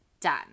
done